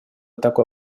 такой